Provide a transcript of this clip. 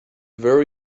very